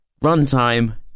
Runtime